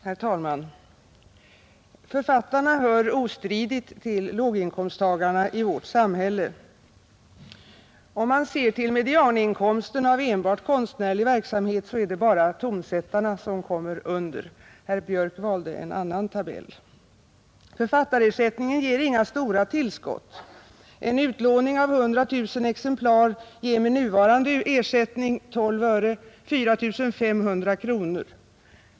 Herr talman! Författarna hör ostridigt till låginkomsttagarna i vårt samhälle. Om man ser till medianinkomsten av enbart konstnärlig verksamhet, så är det bara tonsättarna som kommer under. Herr Björk i Göteborg valde en annan tabell. Författarersättningen ger inga stora tillskott. En utlåning av 100 000 exemplar ger med nuvarande ersättning, 12 öre, 4 500 kronor.